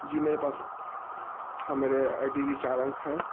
جی میرے پاس ہماں میرے آئی ڈی کی چار انک ہے